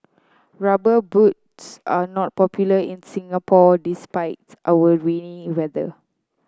rubber boots are not popular in Singapore despite our rainy weather